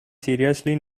seriously